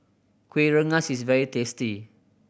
Kuih Rengas is very tasty